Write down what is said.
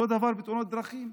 אותו דבר בתאונת דרכים: